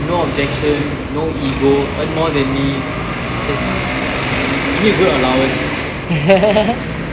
no objection no ego earn more than me just you need to give me allowance